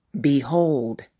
Behold